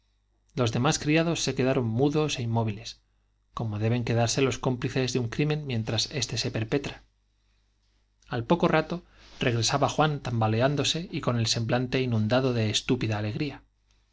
los demás criados quedaron mudos éinmóviles se como deben quedarse los cómplices de un crimen mientras éste se peretra al poco rato regresaba juan tambaleándose y con el semblante inundado de estúpida alegría